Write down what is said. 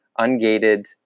ungated